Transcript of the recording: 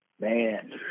Man